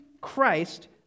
Christ